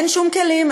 אין שום כלים,